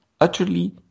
utterly